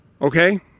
Okay